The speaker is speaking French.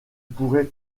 pourrai